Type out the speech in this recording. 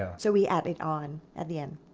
ah so we add it on at the end.